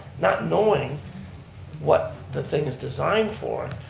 not knowing what the thing is designed for,